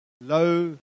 low